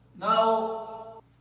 Now